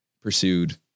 pursued